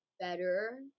better